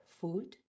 food